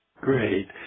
Great